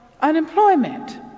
unemployment